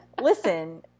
Listen